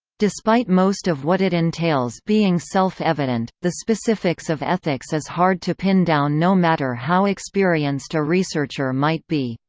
despite most of what it entails being self-evident, the specifics of ethics is hard to pin down no matter how experienced a researcher might be.